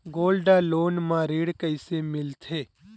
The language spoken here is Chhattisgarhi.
गोल्ड लोन म ऋण कइसे मिलथे?